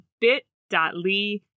bit.ly